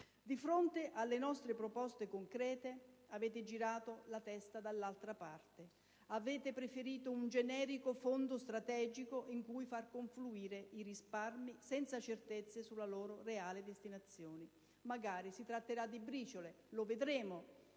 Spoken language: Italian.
Di fronte alle nostre proposte concrete avete girato la testa dall'altra parte; avete preferito un generico Fondo strategico in cui far confluire i risparmi senza certezze sulla loro reale destinazione. Magari si tratterà di briciole: lo vedremo.